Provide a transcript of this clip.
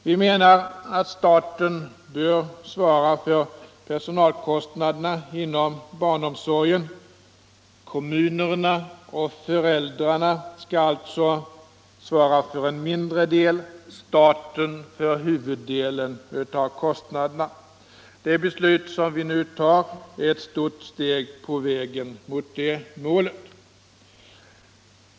Vi menar att staten bör svara för personalkostnaderna inom barnomsorgen. Kommunerna och föräldrarna skall alltså svara för en mindre del och staten för huvuddelen av kostnaderna. Det beslut som riksdagen nu kommer att fatta är ett stort steg på vägen mot detta mål.